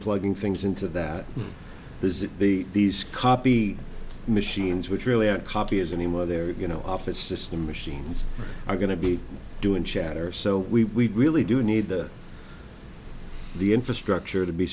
plugging things into that this is the these copy machines which really aren't copy is anymore they're you know off it's just the machines are going to be doing chatter so we really do need the the infrastructure to be